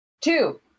Two